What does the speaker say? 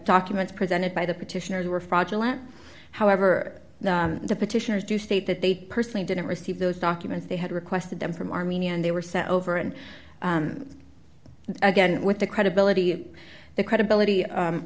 documents presented by the petitioners were fraudulent however the petitioners do say that they personally didn't receive those documents they had requested them from armenia and they were sent over and again with the credibility of the credibility